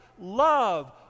love